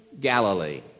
Galilee